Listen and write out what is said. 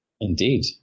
Indeed